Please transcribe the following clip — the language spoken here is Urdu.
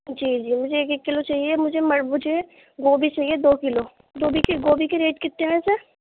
جی جی مجھے ایک ایک کلو چاہیے مجھے وہ چاہیے گوبھی چاہیے دو کلو گوبھی کے گوبھی کے ریٹ کتے ہیں ویسے